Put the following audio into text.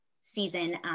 season